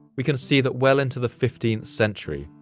we can see that well into the fifteenth century,